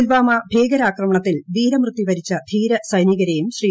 പുൽവാമ ഭീകരാക്രമണത്തിൽ വീരമൃത്യു വരിച്ച ധീര സൈനീകരെയും ശ്രീ